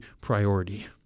priority